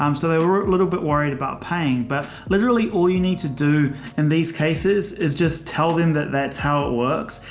um so they were a little bit worried about paying. but literally all you need to do in these cases is just tell them that that's how it works.